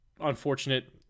unfortunate